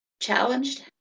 challenged